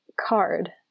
Card